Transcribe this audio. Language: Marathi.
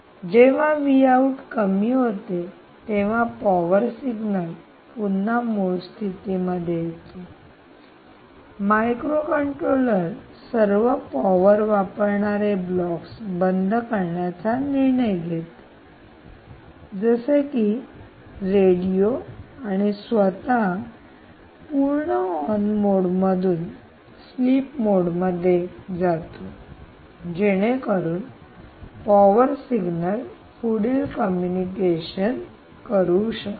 जेव्हा कमी होते तेव्हा पॉवर सिग्नल पुन्हा मूळ स्थिती मध्ये येतो आणि मायक्रोकंट्रोलर सर्व पॉवर वापरणारे ब्लॉक्स बंद करण्याचा निर्णय घेते जसे की रेडिओ आणि स्वतः पूर्ण ओन मोडमधून स्लीप मोडमध्ये जातो जेणेकरून पॉवर सिग्नल पुढील कम्युनिकेशन करू शकेल